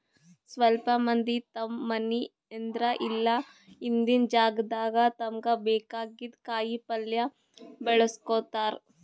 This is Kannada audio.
ಸ್ವಲ್ಪ್ ಮಂದಿ ತಮ್ಮ್ ಮನಿ ಎದ್ರ್ ಇಲ್ಲ ಹಿಂದಿನ್ ಜಾಗಾದಾಗ ತಮ್ಗ್ ಬೇಕಾಗಿದ್ದ್ ಕಾಯಿಪಲ್ಯ ಬೆಳ್ಕೋತಾರ್